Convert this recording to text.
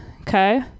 Okay